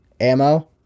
ammo